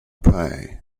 prey